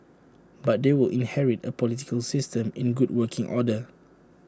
but they will inherit A political system in good working order